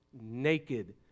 naked